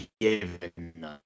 given